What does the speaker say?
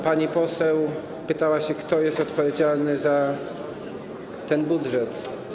Pani poseł pytała się, kto jest odpowiedzialny za ten budżet?